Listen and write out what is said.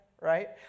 right